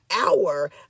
hour